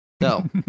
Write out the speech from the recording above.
No